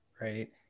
right